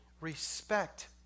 Respect